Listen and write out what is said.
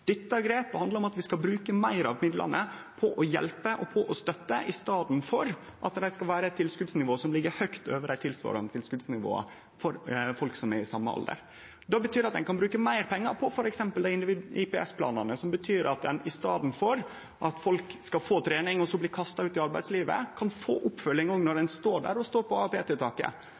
dette grepet handlar om. Dette grepet handlar om at vi skal bruke meir av midlane på å hjelpe og støtte i staden for å ha eit tilskotsnivå som ligg høgt over dei tilsvarande tilskotsnivåa for folk som er i same alder. Det betyr at ein kan bruke meir pengar på f.eks. IPS-planane, noko som betyr at ein i staden for at folk skal få trening og så bli kasta ut i arbeidslivet, kan få oppfølging òg når dei står på